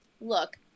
look